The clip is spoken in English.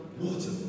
water